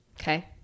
Okay